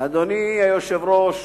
אדוני היושב-ראש,